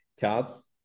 cards